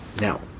Now